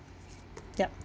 yup